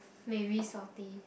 maybe salty